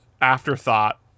afterthought